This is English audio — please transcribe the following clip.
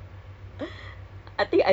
ya like